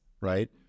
right